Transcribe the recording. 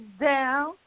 down